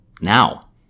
Now